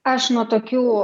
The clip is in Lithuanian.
aš nuo tokių